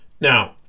Now